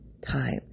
time